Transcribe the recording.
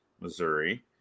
Missouri